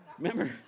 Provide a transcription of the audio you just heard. Remember